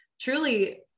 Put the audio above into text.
truly